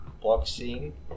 boxing